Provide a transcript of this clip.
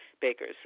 bakers